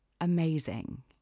amazing